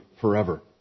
forever